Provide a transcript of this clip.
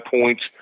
points